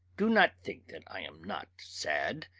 do not think that i am not sad,